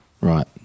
Right